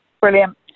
Brilliant